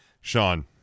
Sean